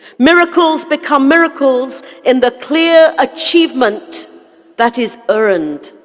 miracles become miracles in the clear achievement that is earned.